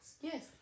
Yes